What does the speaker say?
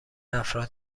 افراد